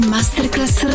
Masterclass